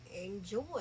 enjoy